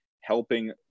helping